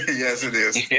yes it is.